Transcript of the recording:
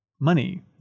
money